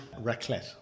Raclette